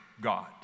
God